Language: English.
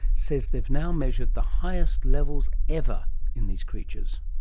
says they've now measured the highest levels ever in these creatures.